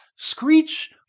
Screech